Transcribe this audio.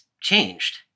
changed